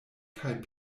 kaj